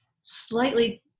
slightly